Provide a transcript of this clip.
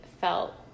felt